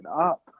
up